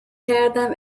کردم